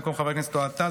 במקום חבר הכנסת אוהד טל,